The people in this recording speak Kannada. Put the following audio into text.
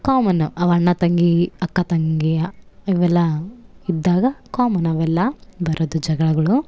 ಕಾಮನ್ ಅವು ಅಣ್ಣ ತಂಗಿ ಅಕ್ಕ ತಂಗಿ ಇವೆಲ್ಲ ಇದ್ದಾಗ ಕಾಮನ್ ಅವೆಲ್ಲ ಬರೋದು ಜಗಳಗಳು